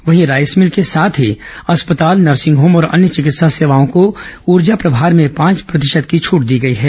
वहीं rice mill के साथ ही अस्पताल नर्सिंग होम और अन्य चिकित्सा सेवाओं को ऊर्जा प्रभार में पांच प्रतिशत की छूट दी गई है